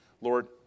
Lord